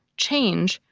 change,